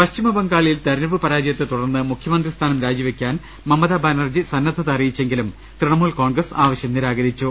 പശ്ചിമ ബംഗാളിൽ തെരഞ്ഞെടുപ്പ് പരാജയത്തെത്തുടർന്ന് മുഖ്യമന്ത്രി സ്ഥാനം രാജിവെയ്ക്കാൻ മമതാർബാനർജി സന്ന ദ്ധത അറിയിച്ചെങ്കിലും തൃണമൂൽ കോൺഗ്രസ് ആവശ്യം നിരാ കരിച്ചു